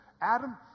Adam